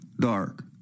dark